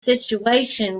situation